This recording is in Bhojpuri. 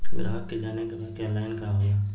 ग्राहक के जाने के बा की ऑनलाइन का होला?